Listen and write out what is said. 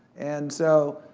and so,